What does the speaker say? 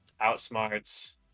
outsmarts